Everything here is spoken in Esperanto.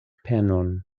penon